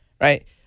right